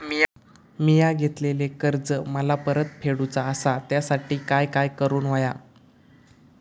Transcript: मिया घेतलेले कर्ज मला परत फेडूचा असा त्यासाठी काय काय करून होया?